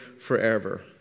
forever